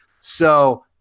So-